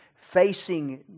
facing